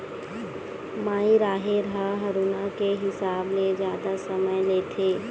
माई राहेर ह हरूना के हिसाब ले जादा समय लेथे